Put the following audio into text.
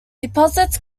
deposits